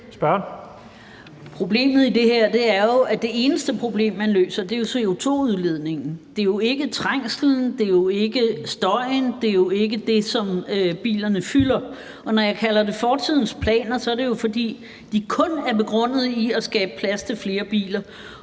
Problemet i det her er jo, at det eneste problem, man løser, er CO2-udledningen. Det er jo ikke trængslen, det er jo ikke støjen, og det er jo ikke det, som bilerne fylder. Når jeg kalder det fortidens planer, er det jo, fordi de kun er begrundet i at skabe plads til flere biler,